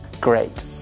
Great